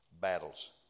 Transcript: battles